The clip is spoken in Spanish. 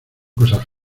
cosas